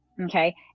Okay